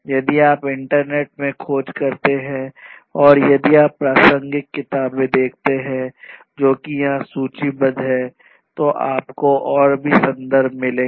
यदि आप इंटरनेट में खोज करते हैं या यदि आप प्रासंगिक किताबें देखते हैं जोकि यहां सूचीबद्ध हैं तो आपको और भी संदर्भ मिलेंगे